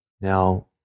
Now